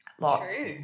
lots